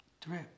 drip